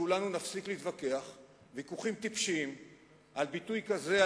שכולנו נפסיק להתווכח ויכוחים טיפשיים על ביטוי כזה,